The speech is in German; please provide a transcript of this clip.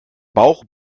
bauch